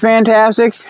fantastic